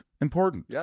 important